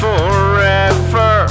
Forever